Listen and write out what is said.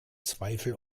zweifel